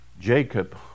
Jacob